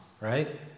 right